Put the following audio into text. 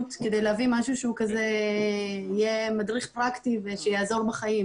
כדי להביא משהו שהוא כזה יהיה מדריך פרקטי ושיעזור בחיים.